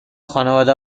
خانواده